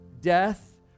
death